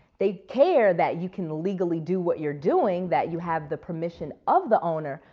they care that you can legally do what you're doing that you have the permission of the owner.